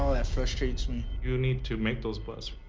that frustrates me. you need to make those busts,